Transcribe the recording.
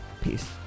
Peace